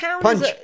Punch